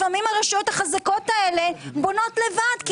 לפעמים הרשויות החזקות האלה בונות לבד כי